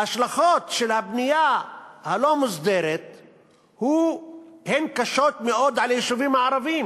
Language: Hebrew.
ההשלכות של הבנייה הלא-מוסדרת על היישובים הערביים